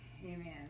Amen